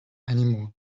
anymore